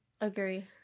Agree